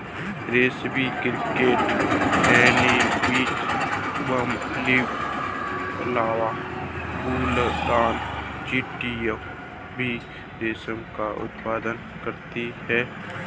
रेस्पी cricket, honeybee, bumblebee larva, bulldog चींटियां भी रेशम का उत्पादन करती हैं